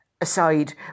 aside